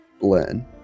learn